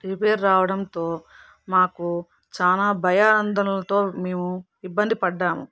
repair రావడంతో మాకు చాలా భయాందోళనతో మేము ఇబ్బంది పడ్డాము